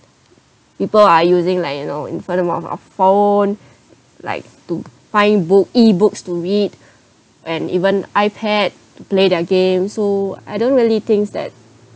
people are using like you know in front of our phone like to find books e-books to read and even iPad to play their games so I don't really thinks that